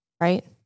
right